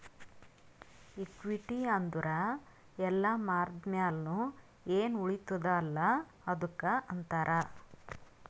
equity ಅಂದುರ್ ಎಲ್ಲಾ ಮಾರ್ದ ಮ್ಯಾಲ್ನು ಎನ್ ಉಳಿತ್ತುದ ಅಲ್ಲಾ ಅದ್ದುಕ್ ಅಂತಾರ್